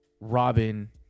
robin